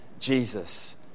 Jesus